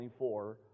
24